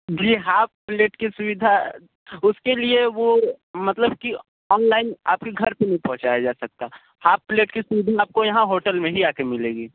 जी half plate की सुविधा उसके लिए वो मतलब कि ऑनलाइन आप के घर पर नहीं पहुंचाया जा सकता हाफ़ प्लेट की सुविधा आप को यहाँ होटल में ही आ के मिलेगी